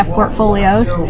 portfolios